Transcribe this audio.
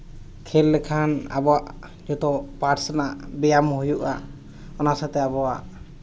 ᱠᱷᱮᱞ ᱞᱮᱠᱷᱟᱱ ᱟᱵᱚᱣᱟᱜ ᱡᱚᱛᱚ ᱯᱟᱨᱴᱥ ᱨᱮᱱᱟᱜ ᱵᱮᱭᱟᱢ ᱦᱩᱭᱩᱜᱼᱟ ᱚᱱᱟ ᱥᱟᱶᱛᱮ ᱟᱵᱚᱣᱟᱜ